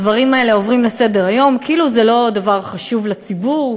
הדברים האלה עוברים לסדר-היום כאילו זה לא דבר חשוב לציבור,